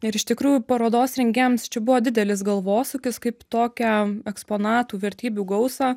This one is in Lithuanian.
ir iš tikrųjų parodos rengėjams čia buvo didelis galvosūkis kaip tokią eksponatų vertybių gausą